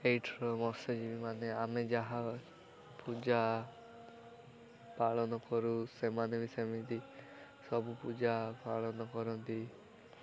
ଏଇଠିର ମତ୍ସ୍ୟଜୀବୀ ମାନେ ଆମେ ଯାହା ପୂଜା ପାଳନ କରୁ ସେମାନେ ବି ସେମିତି ସବୁ ପୂଜା ପାଳନ କରନ୍ତି